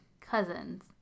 cousins